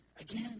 again